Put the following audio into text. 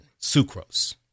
Sucrose